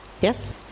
Yes